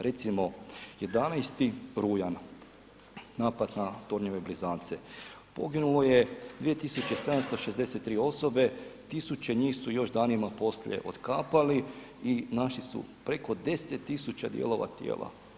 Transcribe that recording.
Recimo, 11. rujan napad na tornjeve blizance, poginulo je 2.763 osobe, tisuće njih su još danima poslije otkapali i našli su preko 10.000 dijelova tijela.